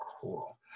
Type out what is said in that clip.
cool